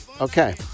Okay